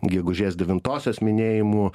gegužės devintosios minėjimų